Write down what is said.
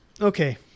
Okay